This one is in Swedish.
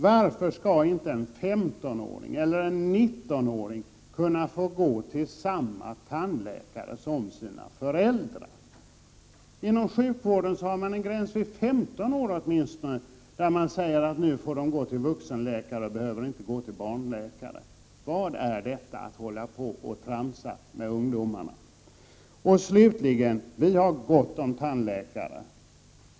Varför skall inte en 15-åring eller 19-åring kunna få gå till samma tandläkare som sina föräldrar? Inom sjukvården har man åtminstone en gräns på 15 år, där man säger att barnen får går till vuxenläkare och inte längre behöver gå till barnläkare. Vad är detta för sätt att hålla på att tramsa med ungdomarna? Slutligen: Vi har gott om tandläkare.